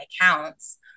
accounts